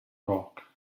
rock